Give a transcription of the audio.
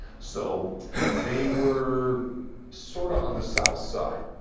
so they were sort of on the south's side.